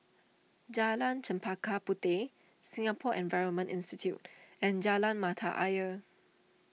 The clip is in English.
Jalan Chempaka Puteh Singapore Environment Institute and Jalan Mata Ayer